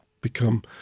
become